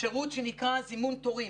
שירות שנקרא זימון תורים,